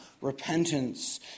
repentance